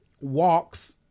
walks